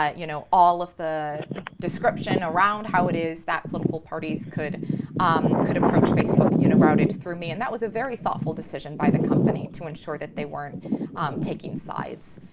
ah you know, all of the description around how it is that political parties could um could approach facebook you know routed through me. and that was a very thoughtful decision by the company to ensure that they weren't taking sides.